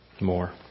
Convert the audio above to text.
more